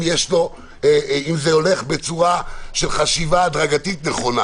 האם זה הולך בצורה של חשיבה הדרגתית נכונה,